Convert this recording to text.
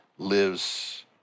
Lives